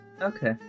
Okay